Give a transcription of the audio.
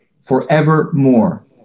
forevermore